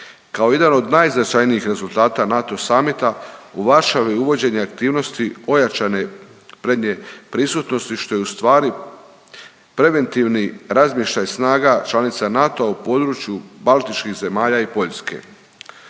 Kao jedan od najznačajnijih rezultata NATO samita u Varšavi uvođenje aktivnosti ojačane prednje prisutnosti, što je ustvari preventivni razmještaj snaga članica NATO-a u području baltičkih zemalja i Poljske.